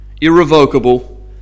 irrevocable